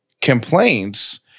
complaints